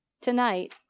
tonight